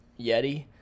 Yeti